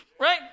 right